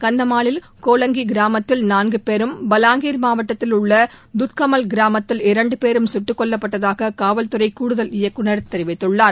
கந்தாமாலின் கொலாங்கி கிராமத்தில் நான்கு பேரும் பாலங்கீர் மாவட்டத்தில் உள்ள துர்க்கமல் கிராமத்தில் இரண்டு பேரும் சுட்டுக்கொல்லப்பட்டதாக காவல்துறை கூடுதல் இயக்குநர் தெரிவித்துள்ளார்